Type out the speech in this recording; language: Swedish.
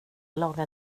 laga